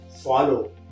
follow